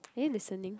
are you listening